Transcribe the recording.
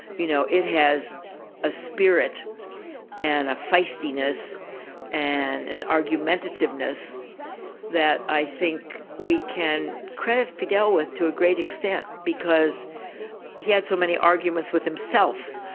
you know, it has a spirit and a feistiness and an argumentativeness that i think we can credit fidel with to a great extent because he had so many arguments with himself,